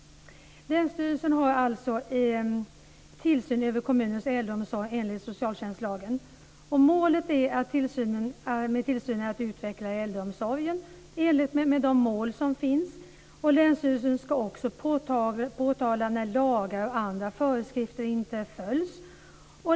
Länsstyrelsen har tillsyn över kommunens äldreomsorg enligt socialtjänstlagen. Målet med tillsynen är att utveckla äldreomsorgen i enlighet med de mål som finns. Länsstyrelsen ska också påtala när lagar och andra föreskrifter inte följs.